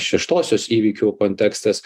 šeštosios įvykių kontekstas